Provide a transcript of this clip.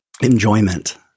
enjoyment